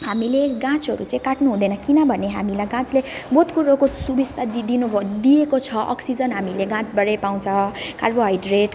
हामीले गाछहरू चाहिँ काट्नु हुँदैन किनभने हामीलाई गाछले बहुत कुरोको सुविस्ता दि दिनुभए दिएको छ अक्सिजन हामीले गाछबाटै पाउँछ कार्बोहाइड्रेड